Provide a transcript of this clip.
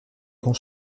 grand